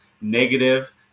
negative